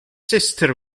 sister